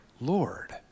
Lord